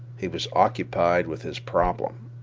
he was occupied with his problem,